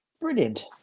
Brilliant